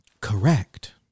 Correct